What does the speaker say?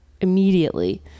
immediately